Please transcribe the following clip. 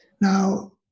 Now